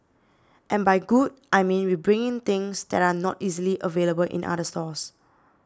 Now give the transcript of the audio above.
and by good I mean we bring in things that are not easily available in other stores